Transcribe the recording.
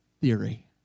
theory